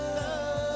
love